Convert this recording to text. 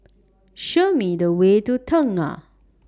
Show Me The Way to Tengah